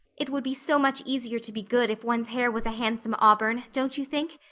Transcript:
it would be so much easier to be good if one's hair was a handsome auburn, don't you think?